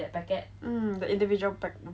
mm the individual pack~ buns